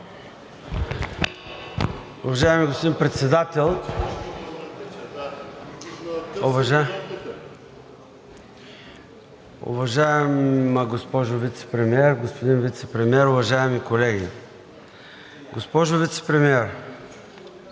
Уважаеми господин Председател, уважаема госпожо Вицепремиер, господин Вицепремиер, уважаеми колеги! Госпожо Вицепремиер,